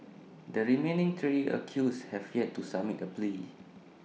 the remaining three accused have yet to submit A plea